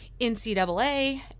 NCAA